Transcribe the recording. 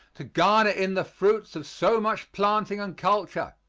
to garner in the fruits of so much planting and culture,